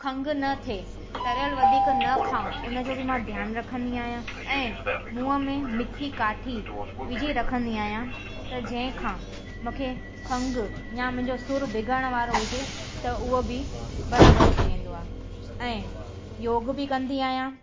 खंघि न थिए तरियल वधीक न खाऊं उन जो बि मां ध्यानु रखंदी आहियां ऐं मूंहं में मिठी काठी विझी रखंदी आहियां त जंहिंखां मूंखे खंघि या मुंहिंजो सुर बिगिड़ण वारो हुजे त उहो बि बराबरि थी वेंदो आहे ऐं योग बि कंदी आहियां